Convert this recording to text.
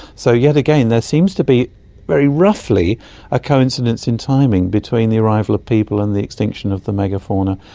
so yet again there seems to be very roughly a confidence in timing between the arrival of people and the extinction of the mega-fauna.